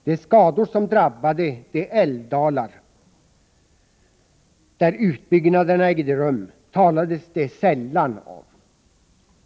De skador som drabbade de älvdalar där utbyggnaderna ägde rum talades det sällan om.